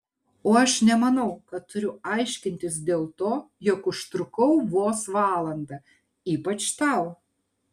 o aš nemanau kad turiu aiškintis dėl to jog užtrukau vos valandą ypač tau